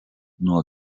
nuo